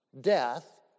Death